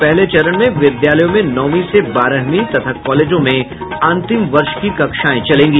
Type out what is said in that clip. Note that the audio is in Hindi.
पहले चरण में विद्यालयों में नौवीं से बारहवीं तथा कॉलेजों में अंतिम वर्ष की कक्षाएं चलेंगी